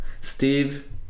Steve